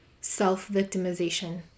self-victimization